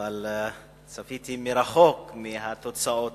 אבל צפיתי מרחוק בתוצאות.